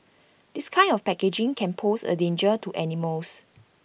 this kind of packaging can pose A danger to animals